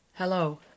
Hello